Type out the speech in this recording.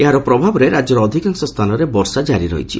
ଏହାର ପ୍ରଭାବରେ ରାକ୍ୟର ଅଧିକାଂଶ ସ୍ତାନରେ ବର୍ଷା ଜାରି ରହିଛି